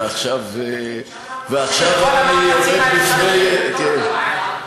ועכשיו, אפשר, ועכשיו אני עומד בפני, כן.